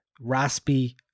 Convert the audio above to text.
raspy